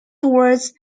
was